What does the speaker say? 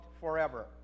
forever